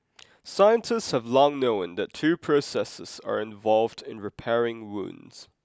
scientists have long known that two processes are involved in repairing wounds